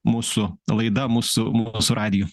mūsų laida mūsų mūsų radiju